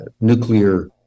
nuclear